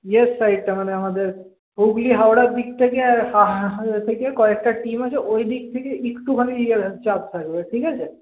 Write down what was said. ইয়ের সাইডটা আমাদের হুগলি হাওড়ার দিক থেকে কয়েকটা টিম আছে ওইদিক থেকে এক্টুখানি ইয়ে চাপ থাকবে ঠিক আছে